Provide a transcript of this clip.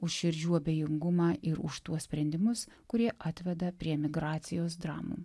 už širdžių abejingumą ir už tuos sprendimus kurie atveda prie emigracijos dramų